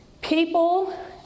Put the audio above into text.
People